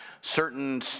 certain